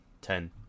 ten